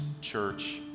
church